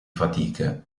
fatiche